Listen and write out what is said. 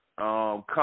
come